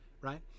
right